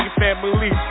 family